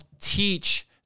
teach